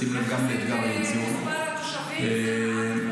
בשים לב גם לאתגר --- יחסית למספר התושבים זה מעט מאוד.